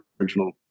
original